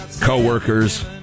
co-workers